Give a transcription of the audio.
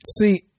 see